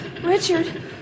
Richard